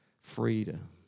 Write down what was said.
freedom